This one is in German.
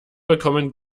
bekommen